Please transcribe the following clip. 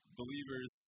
believers